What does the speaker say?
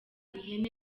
ihene